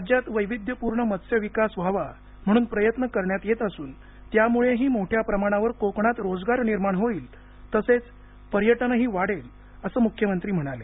राज्यात वैविध्यपूर्ण मत्स्य विकास व्हावा म्हणून प्रयत्न करण्यात येत असून त्यामुळेही मोठ्या प्रमाणावर कोकणात रोजगार निर्माण होईल तसेच पर्यटनही वाढेल असंही मुख्यमंत्री म्हणाले